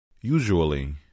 Usually